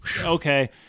okay